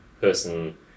person